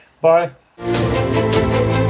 bye